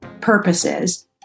purposes